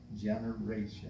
generation